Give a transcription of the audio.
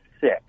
sick